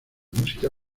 música